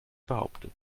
behauptet